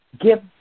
Give